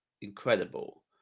incredible